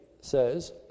says